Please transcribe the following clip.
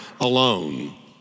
alone